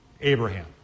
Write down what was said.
Abraham